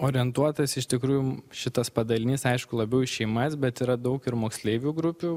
orientuotas iš tikrųjų šitas padalinys aišku labiau į šeimas bet yra daug ir moksleivių grupių